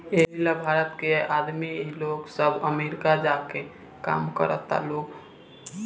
एही ला भारत के आदमी लोग सब अमरीका जा के काम करता लोग